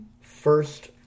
first